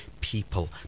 people